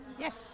Yes